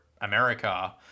america